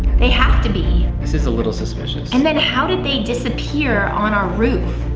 they have to be. this is a little suspicious. and then how did they disappear on our roof?